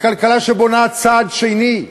לכלכלה שבונה צעד שני,